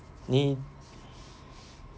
mm